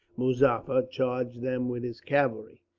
muzaffar charged them with his cavalry.